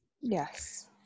Yes